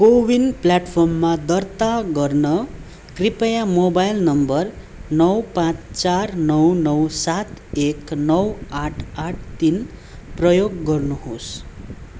को विन प्लेटफर्ममा दर्ता गर्न कृपया मोबाइल नम्बर नौ पाँच चार नौ नौ सात एक नौ आठ आठ तिन प्रयोग गर्नुहोस्